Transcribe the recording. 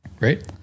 Right